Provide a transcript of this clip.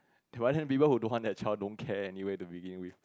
but then people who don't want their child don't care anyway to begin with